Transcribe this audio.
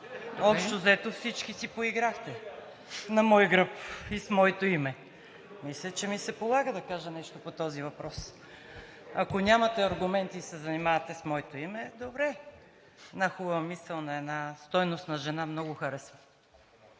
Общо взето всички си поиграхте на мой гръб и с моето име. Мисля, че ми се полага да кажа нещо по този въпрос. Ако нямате аргументи и се занимавате с моето име – добре. Една хубава мисъл на една стойностна жена, която много харесвам: